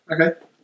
okay